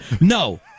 No